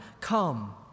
Come